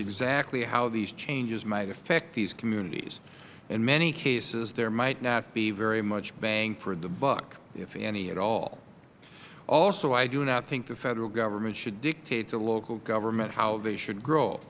exactly how these changes might affect these communities in many cases there might not be very much bang for the buck if any at all also i do not think the federal government should dictate to local government how they should